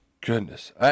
Goodness